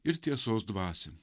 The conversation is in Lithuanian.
ir tiesos dvasią